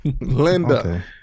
Linda